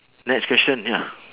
next question ya